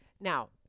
now